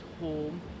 home